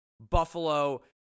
Buffalo